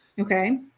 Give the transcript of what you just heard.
Okay